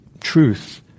truth